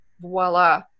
voila